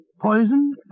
Poison